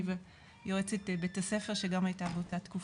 אני ויועצת בית הספר שגם הייתה באותה התקופה.